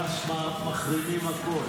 שלוש דקות לרשותך.